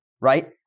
Right